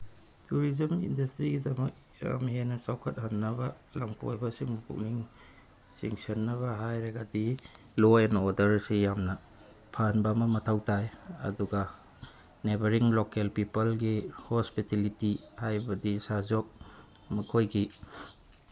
tourism ꯏꯟꯁꯗꯁꯇ꯭ꯔꯤꯒꯤꯗꯃꯛ ꯌꯥꯝ ꯍꯦꯟꯅ ꯆꯥꯎꯈꯠꯍꯟꯅꯕ ꯂꯝꯀꯣꯏꯁꯤꯡ ꯄꯨꯛꯅꯤꯡ ꯆꯤꯡꯁꯟꯅꯕ ꯍꯥꯏꯔꯒꯗꯤ ꯂꯣ ꯑꯦꯟ ꯑꯣꯔꯗꯔꯁꯦ ꯌꯥꯝꯅ ꯐꯍꯟꯕ ꯑꯃ ꯃꯊꯧ ꯇꯥꯏ ꯑꯗꯨꯒ ꯅꯦꯕꯔꯤꯡ ꯂꯣꯀꯦꯜ ꯄꯤꯄꯜꯒꯤ ꯍꯣꯁꯄꯤꯇꯦꯂꯤꯇꯤ ꯍꯥꯏꯕꯗꯤ ꯁꯥꯖꯣꯛ ꯃꯈꯣꯏꯒꯤ